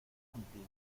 contigo